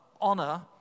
honor